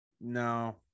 No